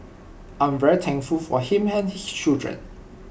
I'm very thankful for him and his children